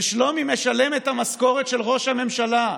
ושלומי משלם את המשכורת של ראש הממשלה,